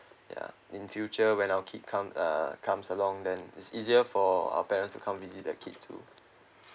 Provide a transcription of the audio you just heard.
ya in future when our kid come uh comes along then it's easier for our parents to come visit the kid too